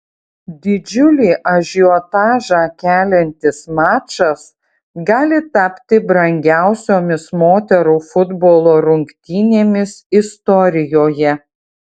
didžiulį ažiotažą keliantis mačas gali tapti brangiausiomis moterų futbolo rungtynėmis istorijoje